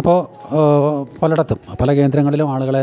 അപ്പോള് പലയിടത്തും പല കേന്ദ്രങ്ങളിലും ആളുകളെ